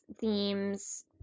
themes